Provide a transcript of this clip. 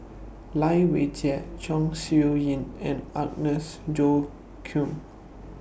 Lai Weijie Chong Siew Ying and Agnes Joaquim